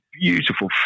beautiful